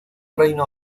reino